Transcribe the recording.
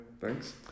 thanks